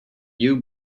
you